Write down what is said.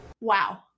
Wow